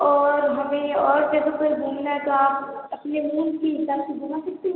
और हमें और जगह पर घूमना है तो आप अपने हिसाब से घूमा सकते हो हमें